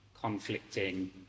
conflicting